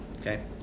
Okay